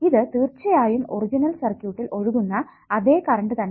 ഇത് തീർച്ചയായും ഒറിജിനൽ സർക്യൂട്ടിൽ ഒഴുക്കുന്ന അതെ കറണ്ട് തന്നെ ആണ്